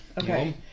Okay